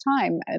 time